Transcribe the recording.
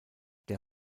der